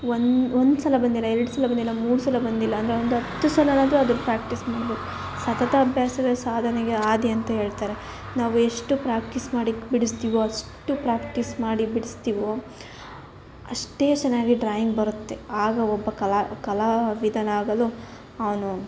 ಒಂದು ಒಂದು ಸಲ ಬಂದಿಲ್ಲ ಎರಡು ಸಲ ಬಂದಿಲ್ಲ ಮೂರು ಸಲ ಬಂದಿಲ್ಲ ಅಂದರೆ ಒಂದು ಹತ್ತು ಸಲವಾದ್ರೂ ಅದು ಪ್ರ್ಯಾಕ್ಟಿಸ್ ಮಾಡ್ಬೇಕು ಸತತ ಅಭ್ಯಾಸವೇ ಸಾಧನೆಗೆ ಹಾದಿ ಅಂತ ಹೇಳ್ತಾರೆ ನಾವು ಎಷ್ಟು ಪ್ರ್ಯಾಕಿಸ್ ಮಾಡಿ ಬಿಡಿಸ್ತೀವೋ ಅಷ್ಟು ಪ್ರ್ಯಾಕ್ಟಿಸ್ ಮಾಡಿ ಬಿಡಿಸ್ತೀವೋ ಅಷ್ಟೇ ಚೆನ್ನಾಗಿ ಡ್ರಾಯಿಂಗ್ ಬರುತ್ತೆ ಆಗ ಒಬ್ಬ ಕಲಾ ಕಲಾವಿದನಾಗಲು ಅವನು